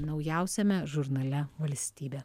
naujausiame žurnale valstybė